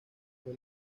fue